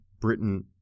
Britain